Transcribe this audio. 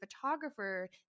photographer